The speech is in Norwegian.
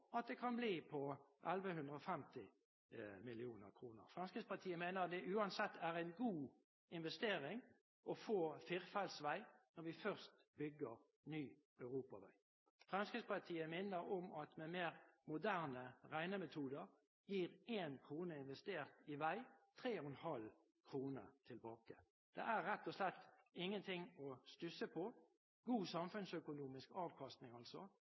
også at det kan bli på 1 150 mill. kr. Fremskrittspartiet mener det uansett er en god investering å få firefeltsvei når vi først bygger ny europavei. Fremskrittspartiet minner om at med mer moderne regnemetoder, gir 1 kr investert i vei 3,5 kr tilbake. Det er rett og slett ingenting å stusse på. God samfunnsøkonomisk avkastning, altså